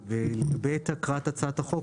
בעת הקראת הצעת החוק,